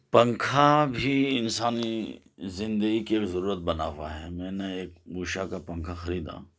پنکھا بھی انسانی زندگی کی ضرورت بنا ہوا ہے میں نے ایک اوشا کا پنکھا خریدا